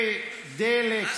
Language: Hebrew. זה דלק,